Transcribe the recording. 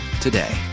today